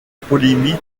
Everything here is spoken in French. polémique